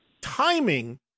timing